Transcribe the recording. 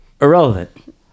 irrelevant